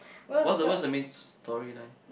what's the what's the main storyline